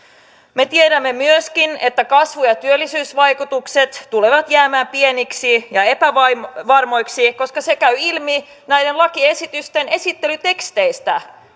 me tiedämme myöskin että kasvu ja työllisyysvaikutukset tulevat jäämään pieniksi ja epävarmoiksi epävarmoiksi koska se käy ilmi näiden lakiesitysten esittelyteksteistä